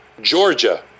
Georgia